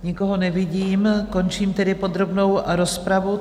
Nikoho nevidím, končím tedy podrobnou rozpravu.